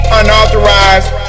unauthorized